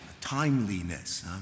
timeliness